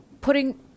putting